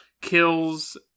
kills